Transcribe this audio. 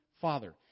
father